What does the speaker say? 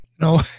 No